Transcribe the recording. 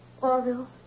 Orville